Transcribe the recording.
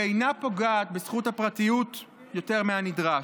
ואינה פוגעת בזכות הפרטיות יותר מהנדרש.